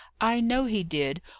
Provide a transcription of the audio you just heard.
i know he did.